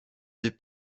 vit